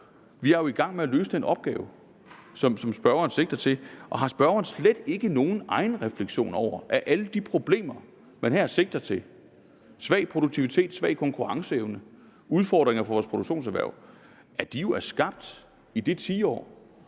vi er jo i gang med at løse den opgave, som spørgeren sigter til. Har spørgeren slet ikke nogen egenrefleksioner over, at alle de problemer, man her sigter til, svag produktivitet, svag konkurrenceevne, udfordringer for vores produktionserhverv, jo er skabt i det tiår,